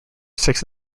six